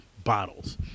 bottles